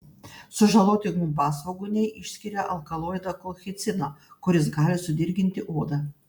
sužaloti gumbasvogūniai išskiria alkaloidą kolchiciną kuris gali sudirginti odą